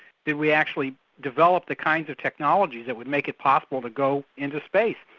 did we actually develop the kinds of technologies that would make it possible to go into space.